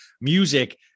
Music